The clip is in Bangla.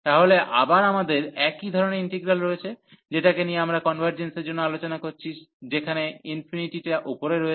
তাহলে আবার আমাদের একই ধরণের ইন্টিগ্রাল রয়েছে যেটাকে নিয়ে আমরা কনভারর্জেন্সের জন্য আলোচনা করছি যেখানে টা উপরে রয়েছে